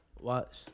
watch